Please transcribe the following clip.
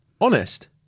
Honest